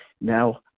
Now